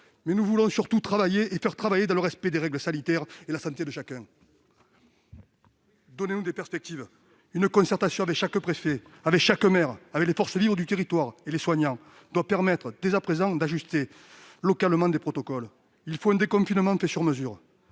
; nous voulons surtout travailler et faire travailler nos collaborateurs dans le respect des règles sanitaires et de la santé de chacun. Donnez-nous des perspectives ! Une concertation entre les préfets, les maires, les forces vives du territoire et les soignants doit permettre, dès à présent, d'ajuster localement les protocoles. Il faut un déconfinement sur mesure.